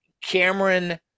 Cameron